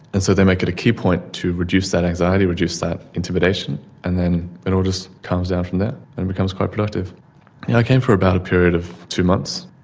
and so they make it a key point to reduce that anxiety, reduce that intimidation and then it all just comes after that and it becomes quite productive. and i came for about a period of two months,